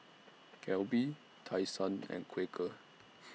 Calbee Tai Sun and Quaker